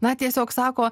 na tiesiog sako